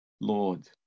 Lord